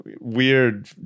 weird